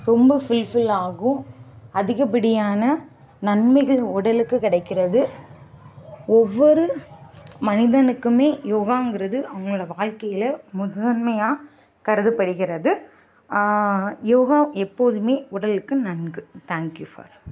ரொம்ப ஃபுல்ஃபில் ஆகும் அதிகப்படியான நன்மைகள் உடலுக்கு கிடைக்கிறது ஒவ்வொரு மனிதனுக்குமே யோகாங்கிறது அவங்களோட வாழ்க்கைல முதன்மையாக கருதப்படுகிறது யோகா எப்போதுமே உடலுக்கு நன்கு தேங்க்கி யூ ஃபார்